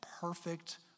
perfect